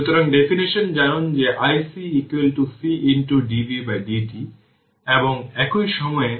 সুতরাং ডেফিনেশন জানুন যে iC C dv dt এবং একই সময়ে iR vR